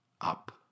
up